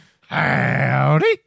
Howdy